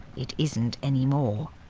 it isn't anymore.